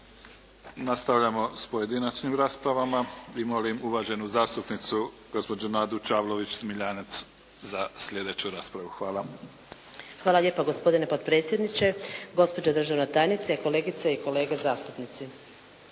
Nastavljamo s pojedinačnim raspravama i molim uvaženu zastupnicu gospođu Nadu Čavlović Smiljanec za sljedeću raspravu. Hvala. **Čavlović Smiljanec, Nada (SDP)** Hvala lijepa gospodine potpredsjedniče. Gospođo državna tajnice, kolegice i kolege zastupnici.